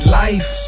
life